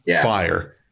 fire